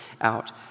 out